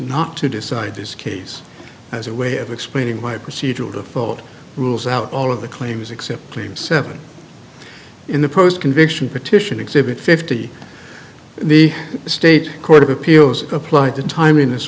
not to decide this case as a way of explaining why procedural default rules out all of the claims except leave seven in the post convey petition exhibit fifty the state court of appeals applied to time in this